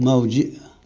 माउजि